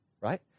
right